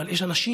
אבל יש אנשים.